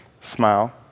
Smile